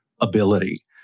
ability